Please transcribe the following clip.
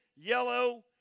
yellow